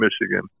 Michigan